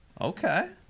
Okay